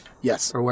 Yes